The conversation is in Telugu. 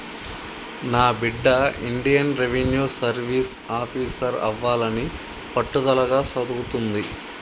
నా బిడ్డ ఇండియన్ రెవిన్యూ సర్వీస్ ఆఫీసర్ అవ్వాలని పట్టుదలగా సదువుతుంది